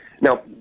Now